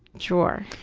drawer.